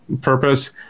purpose